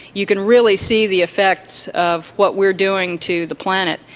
you can really see the effects of what we are doing to the planet.